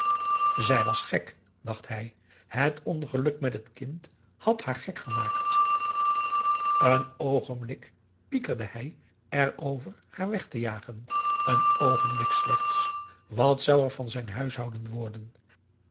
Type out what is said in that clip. zij was gek dacht hij het ongeluk met het kind had haar gek gemaakt een oogenblik pikirde hij erover haar weg te jagen een oogenblik slechts wat zou er van zijn huishouden worden